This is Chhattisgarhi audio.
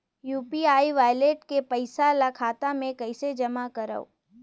यू.पी.आई वालेट के पईसा ल खाता मे कइसे जमा करव?